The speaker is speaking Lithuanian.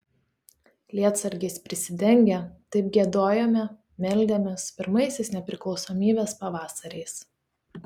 lietsargiais prisidengę taip giedojome meldėmės pirmaisiais nepriklausomybės pavasariais